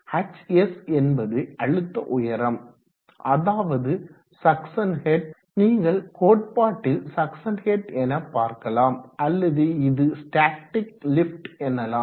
hs என்பது அழுத்த உயரம் அதாவது சக்சன் ஹெட் நீங்கள் கோட்பாட்டில் சக்சன் ஹெட் என பார்க்கலாம் அல்லது இது ஸ்டாடிக் லிஃப்ட் எனலாம்